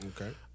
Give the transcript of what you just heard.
Okay